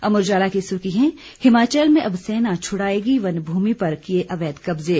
अमर उजाला की सुर्खी है हिमाचल में अब सेना छुड़ाएगी वन मूमि पर किए अवैध कब्जे